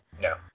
No